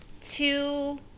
two